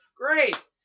Great